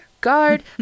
guard